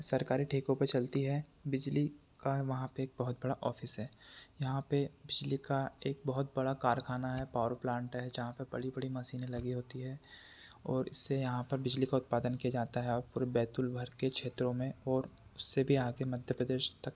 सरकारी ठेकों पर चलती है बिजली का वहाँ पर एक बहुत बड़ा ऑफिस है यहाँ पर बिजली का एक बहुत बड़ा कारखाना है पावर प्लांट है जहाँ पर बड़ी बड़ी मशीने लगी होती हैं और इस से यहाँ पर बिजली का उत्पादन किया जाता है और पूरे बैतुल भर के क्षेत्रों में और उससे भी आगे मध्य प्रदेश तक